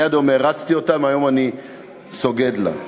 אני עד היום הערצתי אותה, מהיום אני סוגד לה.